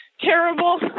terrible